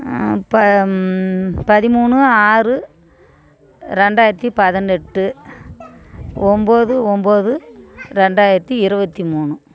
ப பதிமூணு ஆறு ரெண்டாயிரத்தி பதினெட்டு ஒம்பது ஒம்பது ரெண்டாயிரத்தி இருபத்தி மூணு